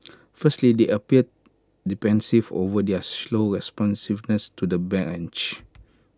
firstly they appeared defensive over their slow responsiveness to the breach